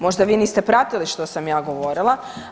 Možda vi niste pratili što sam ja govorila.